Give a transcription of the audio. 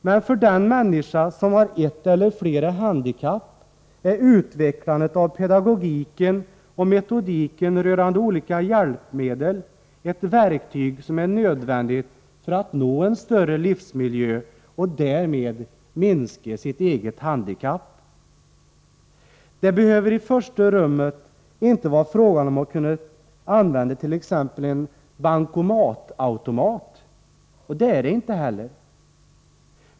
Men för den människa som har ett eller flera handikapp är utvecklandet av pedagogiken och metodiken rörande olika hjälpmedel ett verktyg som är nödvändigt för att nå en större livsmiljö och därmed minska sitt eget handikapp. Det behöver i första rummet inte vara fråga om att kunna använda t.ex. en bankomat, och det är det inte heller.